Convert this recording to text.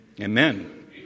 Amen